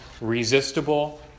resistible